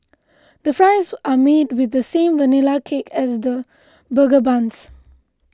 the fries are made with the same Vanilla Cake as the burger buns